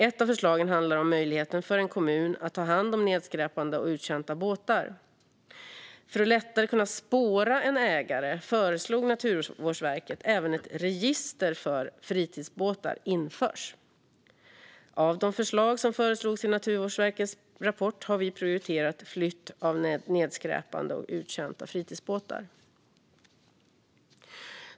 Ett av förslagen handlar om möjligheten för en kommun att ta hand om nedskräpande och uttjänta båtar. För att lättare kunna spåra en ägare föreslog Naturvårdsverket även att ett register för fritidsbåtar införs. Bland förslagen i Naturvårdsverkets rapport har vi prioriterat flytt av nedskräpande och uttjänta fritidsbåtar.